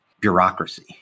bureaucracy